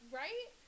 right